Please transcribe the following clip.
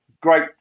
Great